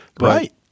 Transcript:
Right